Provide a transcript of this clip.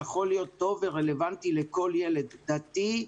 יכול להיות טוב ורלבנטי לכל ילד - דתי,